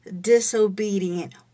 disobedient